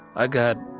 i got